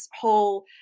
whole